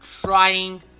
trying